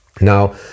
Now